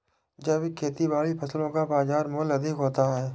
जैविक खेती वाली फसलों का बाज़ार मूल्य अधिक होता है